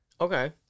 Okay